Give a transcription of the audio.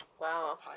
Wow